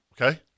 Okay